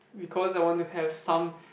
because I want to have some